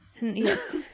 Yes